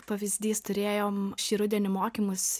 pavyzdys turėjom šį rudenį mokymus